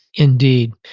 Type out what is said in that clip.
indeed,